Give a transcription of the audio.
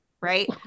right